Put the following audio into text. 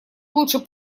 лучше